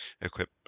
equip